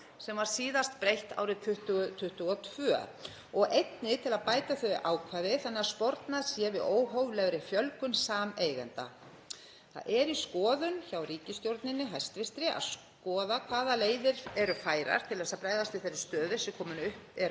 sem var síðast breytt árið 2022 og einnig til að bæta þau ákvæði þannig að spornað sé við óhóflegri fjölgun sameigenda. Það er í skoðun hjá hæstv. ríkisstjórn að kanna hvaða leiðir eru færar til að bregðast við þeirri stöðu sem er komin upp